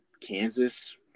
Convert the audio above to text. Kansas